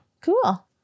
Cool